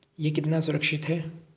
यह कितना सुरक्षित है?